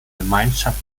gemeinschaft